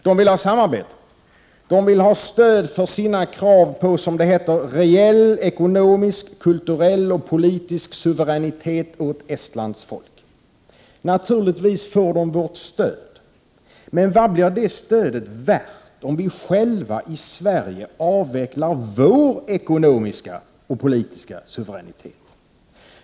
De vill ha samarbete, de vill ha stöd för sina krav på ”reell ekonomisk, kulturell och politisk suveränitet åt Estlands folk”. Naturligtvis får de vårt stöd. Men vad blir det stödet värt, om vi själva i Sverige avvecklar vår ekonomiska och politiska suveränitet?